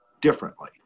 differently